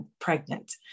pregnant